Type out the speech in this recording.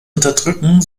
unterdrücken